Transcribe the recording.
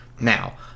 Now